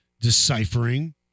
deciphering